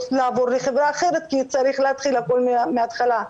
לעבור לחברה אחרת כי צריך להתחיל הכל מהתחלה.